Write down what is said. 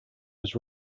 was